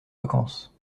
vacances